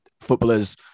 footballers